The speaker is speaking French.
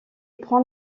prend